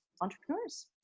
entrepreneurs